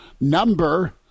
number